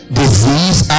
disease